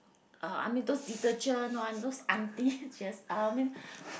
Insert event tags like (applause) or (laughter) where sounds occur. uh I mean those detergent one those aunty (laughs) just I mean